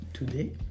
Today